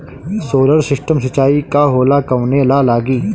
Solar system सिचाई का होला कवने ला लागी?